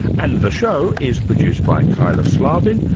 and the show is produced by kyla slaven,